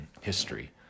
history